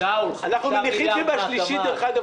אנחנו מניחים שבשלישית - דרך אגב,